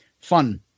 Fun